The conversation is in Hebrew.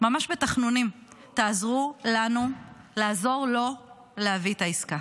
ממש בתחנונים: תעזרו לנו לעזור לו להביא את העסקה.